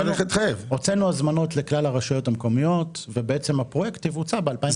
הוצאנו הזמנות לכלל הרשויות המקומיות ובעצם הפרויקט יבוצע ב-2022.